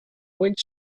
went